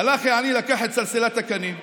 הלך העני, לקח את סלסילת הקנים,